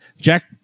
Jack